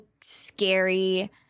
scary